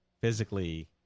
physically